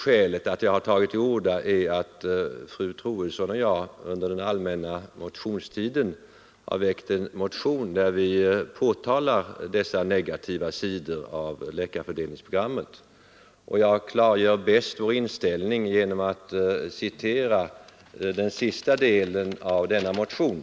Skälet till att jag tagit till orda är att fru Troedsson och jag under den allmänna motionstiden väckt en motion nr 217, i vilken v: påtalar dessa negativa sidor av läkarfördelningsprogrammet. Jag klargör bäst vår inställning genom att citera den sista delen av motionen.